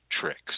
tricks